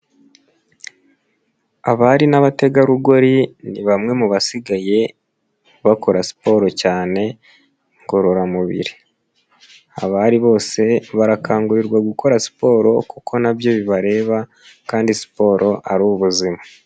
Abari n'abategarugori ni bamwe mu basigaye bakora siporo cyane ngororamubiri, abari bose barakangurirwa gukora siporo kuko na byo bibareba kandi siporo ari ubuzima.